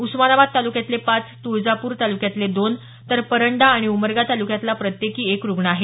उस्मानाबाद तालुक्यातले पाच तुळजापूर तालुक्यात दोन तर परंडा आणि उमरगा तालुक्यातला प्रत्येकी एक रुग्ण आहे